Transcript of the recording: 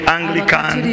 Anglican